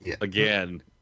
again